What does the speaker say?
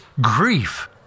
grief